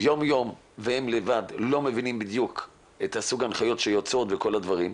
יום יום והם לבד לא מבינים בדיוק את סוג ההנחיות שיוצאות וכל הדברים,